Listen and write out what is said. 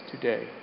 today